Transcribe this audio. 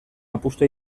apustu